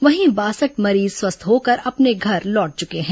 वहीं बासठ मरीज स्वस्थ होकर अपने घर लौट चके हैं